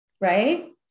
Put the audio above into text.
right